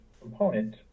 component